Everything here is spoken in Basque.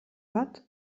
bat